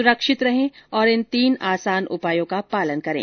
सुरक्षित रहें और इन तीन आसान उपायों का पालन करें